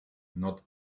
not